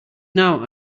now